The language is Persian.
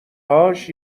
هاش